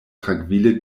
trankvile